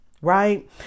right